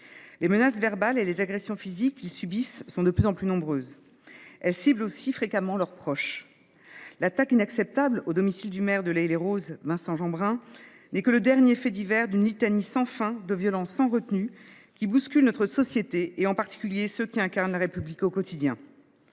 Les menaces verbales et les agressions physiques qu’ils subissent sont de plus en plus nombreuses. Elles ciblent aussi fréquemment leurs proches. L’attaque inacceptable du domicile du maire de L’Haÿ les Roses, Vincent Jeanbrun, n’est que le dernier fait divers d’une litanie sans fin de violences sans retenue, qui bousculent notre société et, en particulier, ceux qui incarnent la République au quotidien.